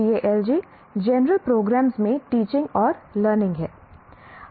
TALG general programs में teaching और learning है